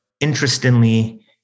interestingly